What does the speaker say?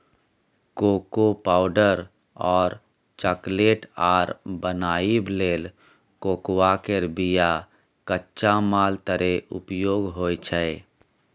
cocoa powder और chocolate आर बनाबइ लेल कोकोआ के बिया कच्चा माल तरे उपयोग होइ छइ